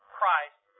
Christ